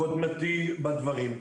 לקודמתי בדברים.